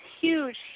huge